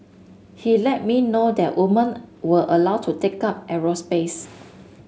he let me know that women were allowed to take up aerospace